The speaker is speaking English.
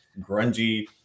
grungy